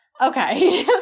okay